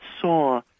saw